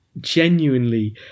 genuinely